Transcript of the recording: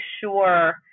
sure